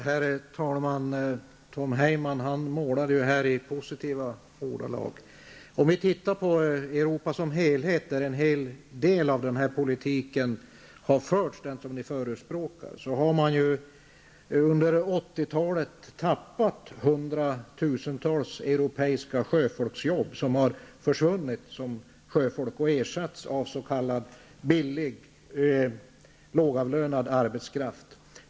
Herr talman! Tom Heyman målade i positiva ordalag. Om vi tittar på Europa som helhet, där mycket av den politik som ni förespråkar har förts, ser vi att det under 80-talet har försvunnit hundratusentals europeiska sjöfolksjobb, där sjöfolket har ersatts av s.k. billig, lågavlönad arbetskraft.